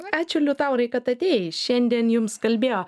ačiū liutaurai kad atėjai šiandien jums kalbėjo